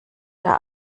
der